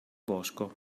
bosco